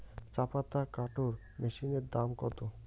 চাপাতা কাটর মেশিনের দাম কত?